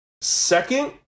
Second